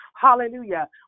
Hallelujah